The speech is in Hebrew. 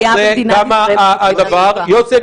הזה גם הדבר ------ יוסי,